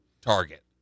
Target